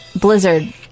Blizzard